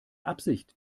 absicht